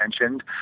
mentioned